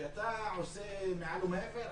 שאתה עושה מעל ומעבר?